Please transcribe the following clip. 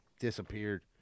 disappeared